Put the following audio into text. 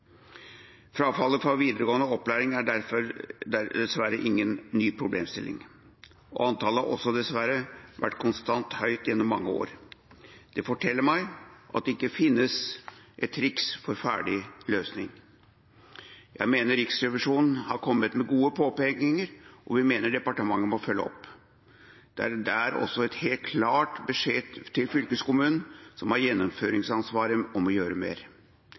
Frafallet i videregående opplæring er dessverre ingen ny problemstilling. Antallet har også dessverre vært konstant høyt gjennom mange år. Det forteller meg at det ikke finnes et triks for ferdig løsning. Jeg mener Riksrevisjonen har kommet med gode påpekninger. Vi mener departementet må følge opp. Det er også en helt klar beskjed til fylkeskommunen, som har gjennomføringsansvaret for å gjøre mer.